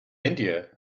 india